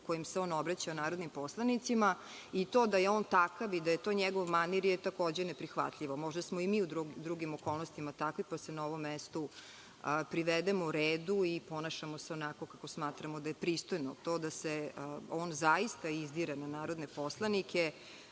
kojim se on obraća narodnim poslanicima i to da je on takav i da je to njegov manir je takođe neprihvatljivo. Možda smo i mi u drugim okolnostima takvi, pa se na ovom mestu privedemo redu i ponašamo onako kako smatramo da je pristojno. To da se on zaista izdire na narodne poslanike